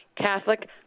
Catholic